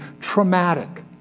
traumatic